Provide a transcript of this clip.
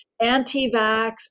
anti-vax